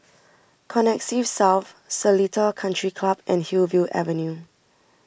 Connexis South Seletar Country Club and Hillview Avenue